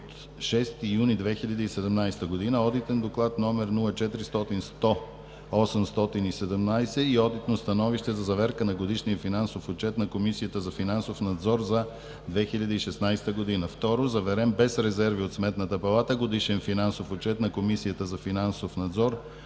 от 6 юни 2017 г.; Одитен доклад № 0400100817 и одитно становище за заверка на Годишния финансов отчет на Комисията за финансов надзор за 2016 г. 2. Заверен без резерви от Сметната палата, Годишен финансов отчет на Комисията за финансов надзор